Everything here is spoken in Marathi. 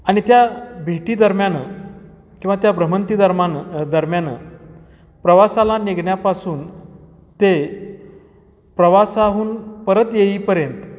आणि त्या भेटी दरम्यान किंवा त्या भ्रमंती दर्म दरम्यान प्रवासाला निघण्यापासून ते प्रवासाहून परत येईपर्यंत